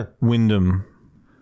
Wyndham